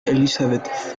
elizabeth